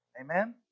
Amen